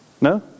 No